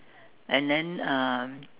and then um